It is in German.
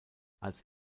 als